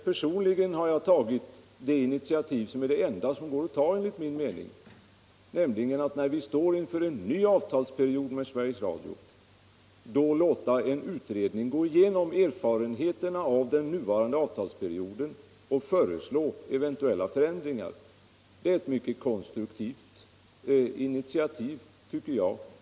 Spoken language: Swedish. Personligen har jag tagit det initiativ som är det enda som går att ta enligt min mening, nämligen att, när vi står inför en ny avtalsperiod beträffande Sveriges Radio, låta en utredning gå igenom erfarenheterna av den nuvarande avtalsperioden och föreslå eventuella förändringar. Det är ett mycket konstruktivt initiativ, tycker jag.